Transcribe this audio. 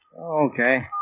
Okay